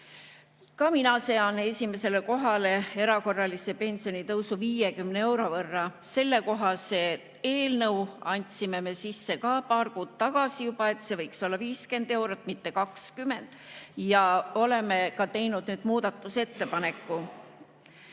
mina sean esimesele kohale erakorralise pensionitõusu 50 euro võrra. Sellekohase eelnõu andsime me sisse paar kuud tagasi juba, et see võiks olla 50 eurot, mitte 20, ja oleme ka teinud muudatusettepaneku.